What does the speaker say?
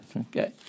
Okay